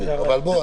בוא,